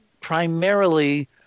primarily